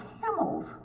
camels